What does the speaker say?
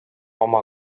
oma